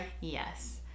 Yes